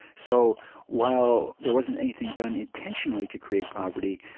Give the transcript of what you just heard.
so while there wasn't anything done intentionally to create poverty,